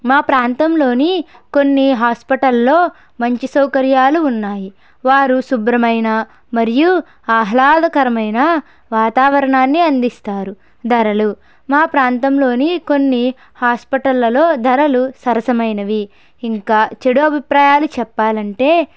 మా ప్రాంతంలోని కొన్ని హాస్పిటల్లో మంచి సౌకర్యాలు ఉన్నాయి వారు శుభ్రమైన మరియు ఆహ్లాదకరమైన వాతావరణాన్ని అందిస్తారు ధరలు మా ప్రాంతంలోని కొన్ని హాస్పిటళ్లలో ధరలు సరసమైనవి ఇంకా చెడు అభిప్రాయాలు చెప్పాలంటే